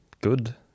good